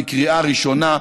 בקריאה ראשונה,